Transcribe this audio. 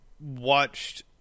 watched